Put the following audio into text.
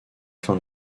fin